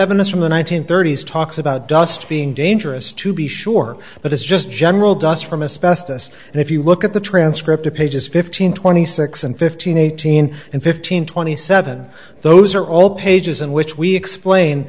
evidence from the one nine hundred thirty s talks about dust being dangerous to be sure but it's just general dust from a specialist and if you look at the transcript of pages fifteen twenty six and fifteen eighteen and fifteen twenty seven those are all pages in which we explain